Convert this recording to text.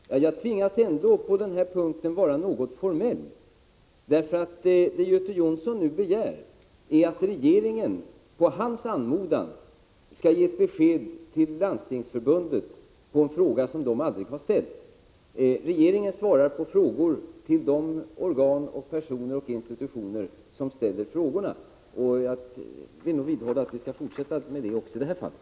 Herr talman! Jag tvingas ändå att på den här punkten vara något formell. Vad Göte Jonsson nu begär är nämligen att regeringen på hans anmodan skall ge ett besked till Landstingsförbundet på en fråga som Landstingsförbundet aldrig har ställt. Regeringen svarar på frågor till de personer, organ och institutioner som ställer frågorna. Jag vidhåller att vi skall fortsätta med det också i det här fallet.